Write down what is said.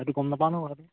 সেইটো গম নাপাও নহয় কথাটো